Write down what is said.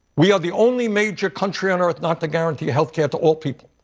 we are the only major country on earth not to guarantee health care to all people.